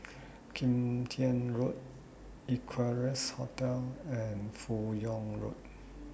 Kim Tian Road Equarius Hotel and fan Yoong Road